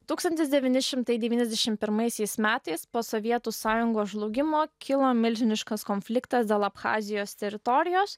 tūkstantis devyni šimtai devyniasdešim pirmaisiais metais po sovietų sąjungos žlugimo kilo milžiniškas konfliktas dėl abchazijos teritorijos